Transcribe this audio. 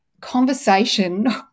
conversation